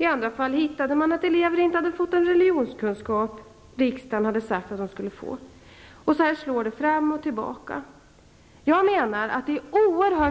I andra fall fann man att eleverna inte hade fått den undervisning i religionskunskap som riksdagen hade uttalat att de skulle få. Så här slår det fram och tillbaka. Om man